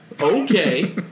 Okay